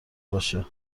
باشه